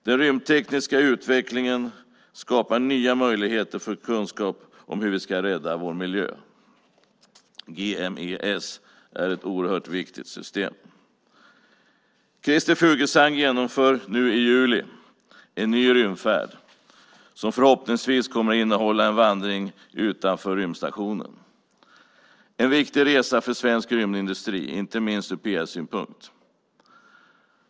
Den rymdtekniska utvecklingen skapar nya möjligheter för kunskap om hur vi ska rädda vår miljö. GMES är ett oerhört viktigt system. Christer Fuglesang genomför nu i juli en ny rymdfärd, som förhoppningsvis kommer att innehålla en vandring utanför rymdstationen - en viktig resa för svensk rymdindustri, inte minst ur PR-synpunkt.